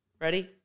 Ready